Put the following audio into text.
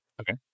Okay